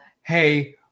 hey